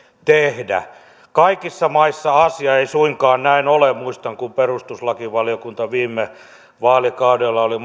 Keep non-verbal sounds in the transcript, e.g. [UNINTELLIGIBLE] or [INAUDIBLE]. tehdä kaikissa maissa asia ei suinkaan näin ole muistan kun perustuslakivaliokunta viime vaalikaudella oli [UNINTELLIGIBLE]